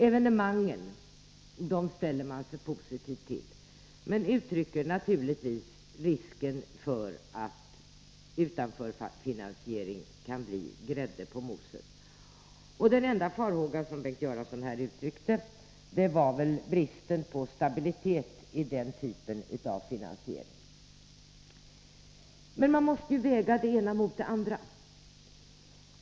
Evenemangen ställer man sig positiv till, men uttrycker naturligtvis risken för att utanförfinansieringen kan bli grädde på moset. Den enda farhåga som Bengt Göransson uttryckte var bristen på stabilitet i den typen av finansiering. Men man måste väga det ena mot det andra.